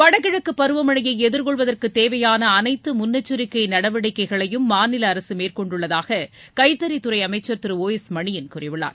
வடகிழக்கு பருவமழைய எதிர்கொள்வதற்கு தேவையான அனைத்து முன்னெச்சரிக்கை நடவடிக்கைகளையும் மாநில அரசு மேற்கொண்டுள்ளதாக கைத்தறித்துறை அமைச்சர் திரு ஒ எஸ் மணியன் கூறியுள்ளார்